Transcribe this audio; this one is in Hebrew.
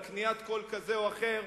על קניית קול כזה או אחר,